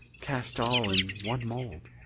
cast all in one mould.